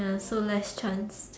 ya so less chance